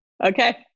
Okay